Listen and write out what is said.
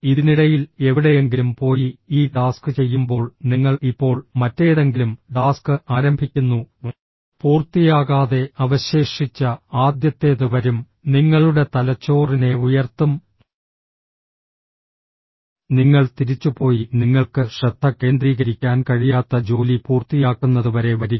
ഇതിനിടയിൽ എവിടെയെങ്കിലും പോയി ഈ ടാസ്ക് ചെയ്യുമ്പോൾ നിങ്ങൾ ഇപ്പോൾ മറ്റേതെങ്കിലും ടാസ്ക് ആരംഭിക്കുന്നു പൂർത്തിയാകാതെ അവശേഷിച്ച ആദ്യത്തേത് വരും നിങ്ങളുടെ തലച്ചോറിനെ ഉയർത്തും നിങ്ങൾ തിരിച്ചുപോയി നിങ്ങൾക്ക് ശ്രദ്ധ കേന്ദ്രീകരിക്കാൻ കഴിയാത്ത ജോലി പൂർത്തിയാക്കുന്നതുവരെ വരിക